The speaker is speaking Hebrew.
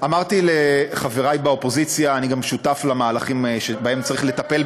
אמרתי לחברי באופוזיציה: אני גם שותף למהלכים שבהם צריך לטפל,